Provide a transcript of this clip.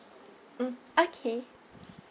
mm okay